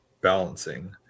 balancing